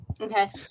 Okay